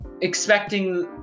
expecting